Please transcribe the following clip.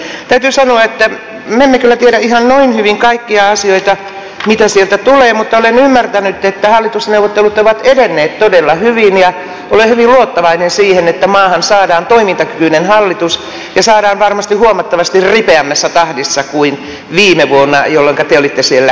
täytyy sanoa että me emme kyllä tiedä ihan noin hyvin kaikkia asioita mitä sieltä tulee mutta olen ymmärtänyt että hallitusneuvottelut ovat edenneet todella hyvin ja olen hyvin luottavainen sen suhteen että maahan saadaan toimintakykyinen hallitus ja saadaan varmaan huomattavasti ripeämmässä tahdissa kuin viime vuonna jolloinka te olitte siellä neuvottelemassa